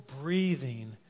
breathing